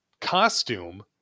costume